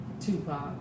Tupac